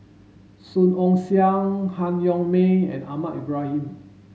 Song Ong Siang Han Yong May and Ahmad Ibrahim